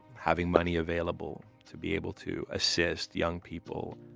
having money available to be able to assist young people